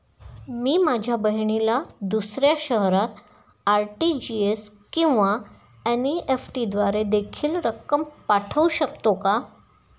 मी माझ्या बहिणीला दुसऱ्या शहरात आर.टी.जी.एस किंवा एन.इ.एफ.टी द्वारे देखील रक्कम पाठवू शकतो का?